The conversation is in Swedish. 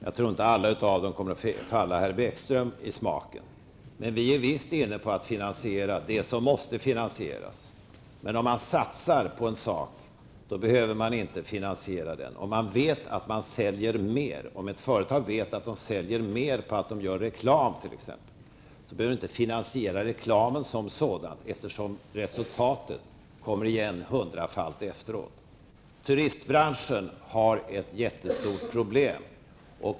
Jag tror inte att alla av dem kommer att falla herr Bäckström i smaken, men vi är visst inne på att finansiera det som måste finansieras. Men att satsa på en sak innebär inte att man behöver finansiera den. Om ett företag vet att det säljer mer genom att t.ex. göra reklam, behöver man inte finansiera reklamen som sådan, eftersom man efteråt får igen hundrafalt i resultatet. Turistbranschen har mycket stora problem.